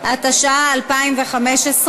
התשע"ה 2015,